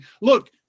Look